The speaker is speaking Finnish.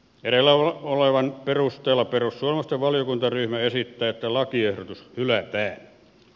edellä olevan perusteella perussuomalaisten valiokuntaryhmä esittää että lakiehdotus hylätään